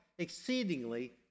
exceedingly